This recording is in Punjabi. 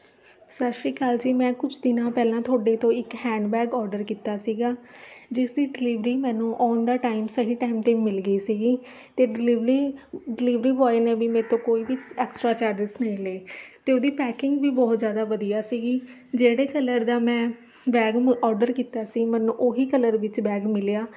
ਸਤਿ ਸ਼੍ਰੀ ਅਕਾਲ ਜੀ ਮੈਂ ਕੁਛ ਦਿਨਾਂ ਪਹਿਲਾਂ ਤੁਹਾਡੇ ਤੋਂ ਇੱਕ ਹੈਂਡਬੈਗ ਔਡਰ ਕੀਤਾ ਸੀਗਾ ਜਿਸਦੀ ਡਿਲੀਵਰੀ ਮੈਨੂੰ ਔਨ ਦਾ ਟਾਈਮ ਸਹੀ ਟਾਈਮ 'ਤੇ ਮਿਲ ਗਈ ਸੀਗੀ ਅਤੇ ਡਿਲੀਵਰੀ ਡਿਲੀਵਰੀ ਬੋਆਏ ਨੇ ਵੀ ਮੇਰੇ ਤੋਂ ਕੋਈ ਵੀ ਐਕਸਟ੍ਰਾ ਚਾਰਜਰਸ ਨਹੀਂ ਲਏ ਅਤੇ ਉਹਦੀ ਪੈਕਿੰਗ ਵੀ ਬਹੁਤ ਜ਼ਿਆਦਾ ਵਧੀਆ ਸੀਗੀ ਜਿਹੜੇ ਕਲਰ ਦਾ ਮੈਂ ਬੈਗ ਔਡਰ ਕੀਤਾ ਸੀ ਮੈਨੂੰ ਉਹੀ ਕਲਰ ਵਿੱਚ ਬੈਗ ਮਿਲਿਆ